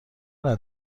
دارد